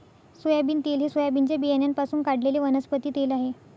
soybean तेल हे सोयाबीनच्या बियाण्यांपासून काढलेले वनस्पती तेल आहे